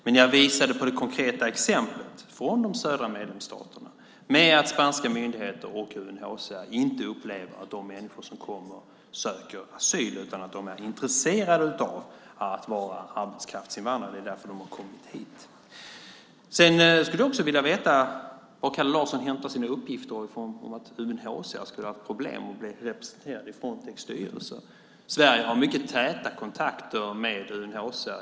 Men jag visade på det konkreta exemplet från de södra medlemsstaterna och sade att spanska myndigheter och UNHCR inte upplever att de människor som kommer söker asyl utan att de är intresserade av att vara arbetskraftsinvandrare. Det är därför som de har kommit. Jag skulle också vilja veta varifrån Kalle Larsson hämtar sina uppgifter om att UNHCR skulle ha haft problem att bli representerad i Frontex styrelse. Sverige har mycket täta kontakter med UNHCR.